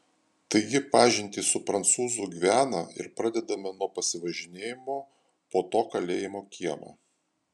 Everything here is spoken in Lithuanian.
taigi pažintį su prancūzų gviana ir pradedame nuo pasivažinėjimo po to kalėjimo kiemą